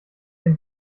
den